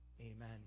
Amen